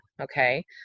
okay